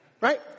right